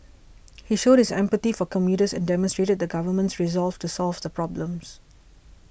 he showed his empathy for commuters and demonstrated the government's resolve to solve the problems